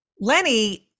lenny